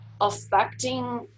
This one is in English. affecting